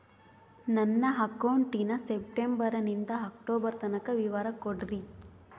ನನ್ನ ಅಕೌಂಟಿನ ಸೆಪ್ಟೆಂಬರನಿಂದ ಅಕ್ಟೋಬರ್ ತನಕ ವಿವರ ಕೊಡ್ರಿ?